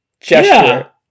gesture